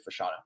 Fashano